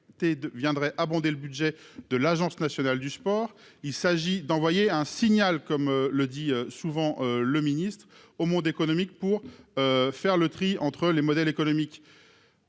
viendrait abonder le budget de l'Agence nationale du sport, il s'agit d'envoyer un signal, comme le dit souvent, le ministre-au monde économique pour faire le tri entre les modèles économiques